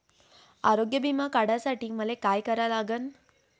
आरोग्य बिमा काढासाठी मले काय करा लागन?